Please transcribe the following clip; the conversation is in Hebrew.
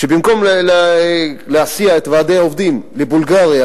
שבמקום להסיע את ועדי העובדים לבולגריה,